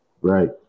Right